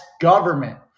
government